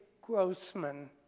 Grossman